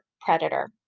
predator